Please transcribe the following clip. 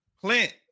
Clint